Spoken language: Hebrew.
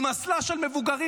עם אסלה של מבוגרים,